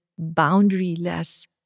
boundaryless